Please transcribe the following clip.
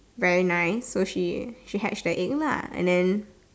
very nice so she she hatch the egg lah and then